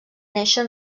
néixer